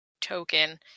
token